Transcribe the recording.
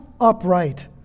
upright